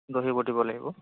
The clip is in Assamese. দহি বটিব লাগিব